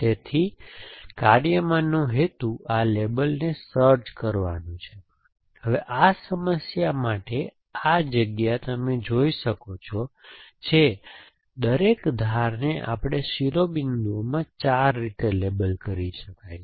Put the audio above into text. તેથી કાર્યમાંનો હેતુ આ લેબલોને સર્ચ કરવાનું છે હવે આ સમસ્યા માટે આ જગ્યા તમે જોઈ શકો છો કે દરેક ધારને આપણે શિરોબિંદુઓમાં 4 રીતે લેબલ કરી શકાય છે